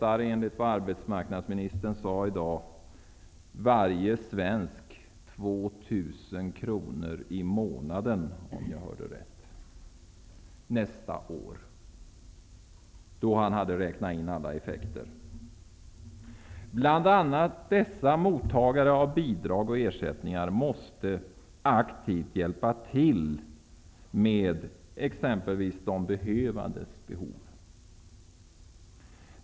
Arbetsmarknadsministern sade i dag att, om jag hörde rätt, detta nästa år kommer att kosta varje svensk 2 000 kr i månaden, när man har räknat in alla effekter. Bland annat dessa mottagare av bidrag och ersättningar måste aktivt hjälpa till med t.ex. de behövandes behov.